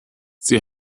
sie